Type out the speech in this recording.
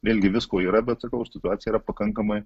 vėlgi visko yra bet sakau situacija yra pakankamai